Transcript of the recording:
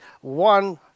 one